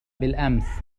بالأمس